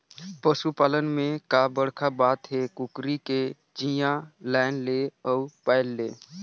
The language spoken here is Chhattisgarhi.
पसू पालन में का बड़खा बात हे, कुकरी के चिया लायन ले अउ पायल ले